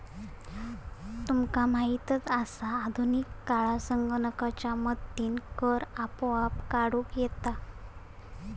तुका माहीतच आसा, आधुनिक काळात संगणकाच्या मदतीनं कर आपोआप काढूक येता